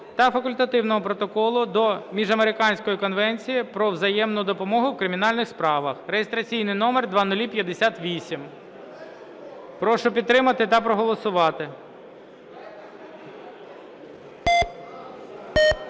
та Факультативного протоколу до Міжамериканської конвенції про взаємну допомогу в кримінальних справах (реєстраційний номер 0058). Прошу підтримати та проголосувати.